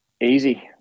Easy